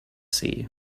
see